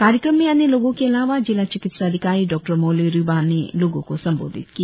कार्यक्रम में अन्य लोगों के अलावा जिला चिकित्सा अधिकारी डॉ मोली रिबा ने लोगों को संबोधित किया